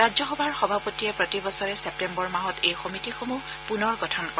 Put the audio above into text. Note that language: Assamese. ৰাজ্যসভাৰ সভাপতিয়ে প্ৰতি বছৰে ছেপ্তেম্বৰ মাহত এই সমিতিসমূহ পূনৰ গঠন কৰে